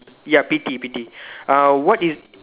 ya pity pity uh what is